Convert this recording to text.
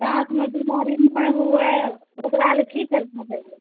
दाँतमे बीमारी नहि हुए ओकरा लऽ की करना चाहिए